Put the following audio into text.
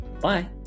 bye